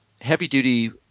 heavy-duty